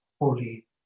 holy